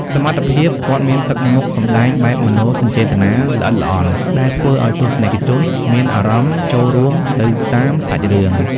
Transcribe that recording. សមត្ថភាព គាត់មានទឹកមុខសម្ដែងបែបមនោសញ្ចេតនាល្អិតល្អន់ ដែលធ្វើឱ្យទស្សនិកជនមានអារម្មណ៍ចូលរួមទៅតាមសាច់រឿង។